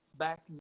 Back